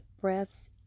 breaths